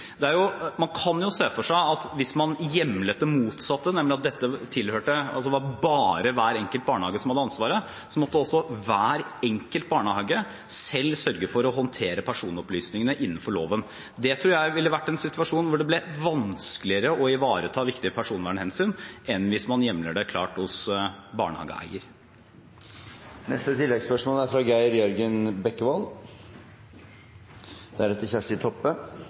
Man kan se for seg at hvis man hjemlet det motsatte, nemlig at det bare var hver enkelt barnehage som hadde ansvaret, så måtte også hver enkelt barnehage selv sørge for å håndtere personopplysningene innenfor loven. Det tror jeg ville vært en situasjon hvor det ble vanskeligere å ivareta viktige personvernhensyn enn hvis man hjemler det klart hos barnehageeier.